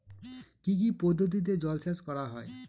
কি কি পদ্ধতিতে জলসেচ করা হয়?